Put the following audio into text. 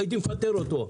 הייתי מפטר אותו.